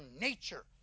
nature